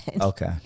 Okay